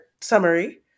summary